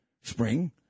spring